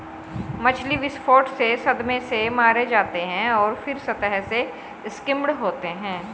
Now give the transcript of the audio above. मछली विस्फोट से सदमे से मारे जाते हैं और फिर सतह से स्किम्ड होते हैं